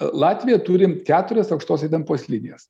latvija turim keturias aukštos įtampos linijas